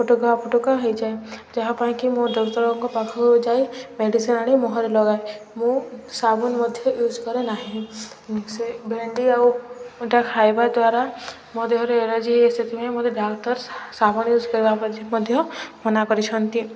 ଫୋଟକା ଫୋଟକା ହେଇଯାଏ ଯାହା ପାଇଁକି ମୁଁ ଡାକ୍ତରଙ୍କ ପାଖକୁ ଯାଇ ମେଡ଼ିସିନ୍ ଆଣି ମୁହଁରେ ଲଗାଏ ମୁଁ ସାବୁନ ମଧ୍ୟ ୟୁଜ୍ କରେ ନାହିଁ ସେ ଭେଣ୍ଡି ଆଉ ଏଇଟା ଖାଇବା ଦ୍ୱାରା ମୋ ଦେହରେ ଏଲର୍ଜି ହେଇ ସେଥିପାଇଁ ମୋତେ ଡାକ୍ତର ସାବୁନ ୟୁଜ୍ କରିବା ମ ମଧ୍ୟ ମନା କରିଛନ୍ତି